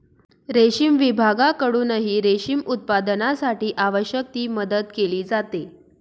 रेशीम विभागाकडूनही रेशीम उत्पादनासाठी आवश्यक ती मदत केली जाते